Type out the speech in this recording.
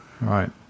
Right